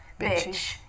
bitch